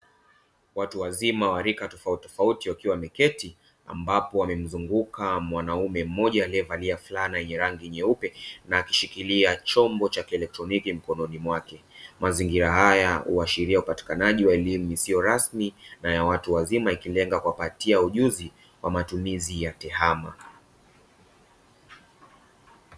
Watu wazima wa rika tofauti tofauti wakiwa wameketi, ambapo wamemzungumka mwanaume mmoja alievalia fulana yenye rangi nyeupe na akishikilia chombo cha kietroniki mikononi mwake. Mazingira haya huashiria upatikanaji wa elimu isiyo rasmi na ya watu wazima ikilenga kuwapatia ujuzi wa matumizi ya tehama